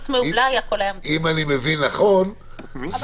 אם אני מבין נכון,